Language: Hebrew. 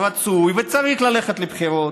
רצוי וצריך ללכת לבחירות.